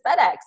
FedEx